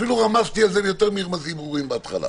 אפילו רמזתי על זה יותר מרמזים ברורים בהתחלה.